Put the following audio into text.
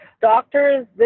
Doctors